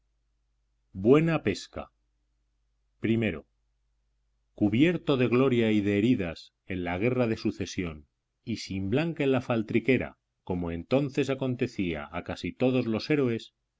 cervantes i cubierto de gloria y de heridas en la guerra de sucesión y sin blanca en la faltriquera como entonces acontecía a casi todos los héroes